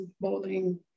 bowling